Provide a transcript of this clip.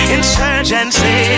Insurgency